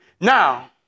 Now